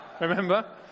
Remember